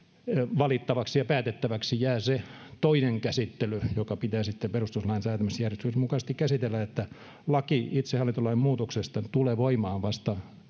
valittavaksi ja päätettäväksi jää se toinen käsittely joka pitää sitten perustuslain säätämisjärjestyksen mukaisesti käsitellä eli laki itsehallintolain muutoksesta tulee voimaan vasta